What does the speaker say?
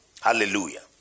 Hallelujah